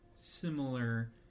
similar